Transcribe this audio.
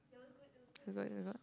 it's good it's good